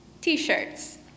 t-shirts